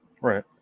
right